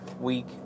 week